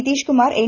Nitish Kumar N